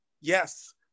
yes